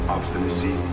Obstinacy